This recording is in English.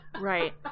Right